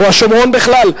או השומרון בכלל,